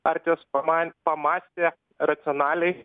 partijos paman pamąstė racionaliai